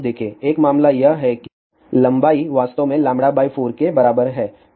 एक मामला यह है कि लंबाई वास्तव में λ 4 के बराबर है